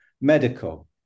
medical